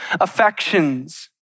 affections